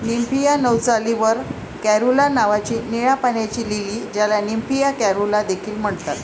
Nymphaea नौचाली वर caerulea नावाची निळ्या पाण्याची लिली, ज्याला निम्फिया कॅरुला देखील म्हणतात